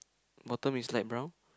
bottom is light brown